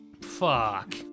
fuck